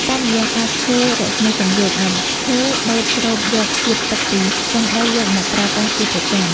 តាមរយៈការធ្វើរស្មីសំយោគ ដើមឈើបឺតស្រូបយកជាតិទឹកពីក្នុងដីយកមកប្រើប្រាស់ជាប្រចាំ។